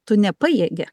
tu nepajėgi